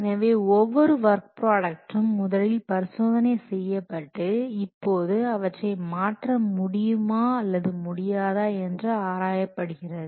எனவே ஒவ்வொரு வொர்க் ப்ராடக்டும் முதலில் பரிசோதனை செய்யப்பட்டு இப்போது அவற்றை மாற்ற முடியுமா அல்லது முடியாதா என்று ஆராயப்படுகிறது